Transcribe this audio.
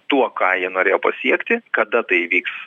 tuo ką jie norėjo pasiekti kada tai įvyks